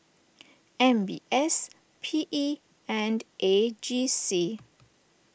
M B S P E and A G C